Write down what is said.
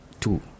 two